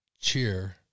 Cheer